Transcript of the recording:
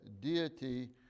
deity